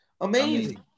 Amazing